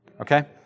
Okay